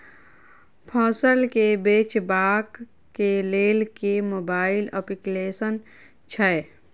फसल केँ बेचबाक केँ लेल केँ मोबाइल अप्लिकेशन छैय?